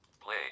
Play